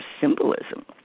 symbolism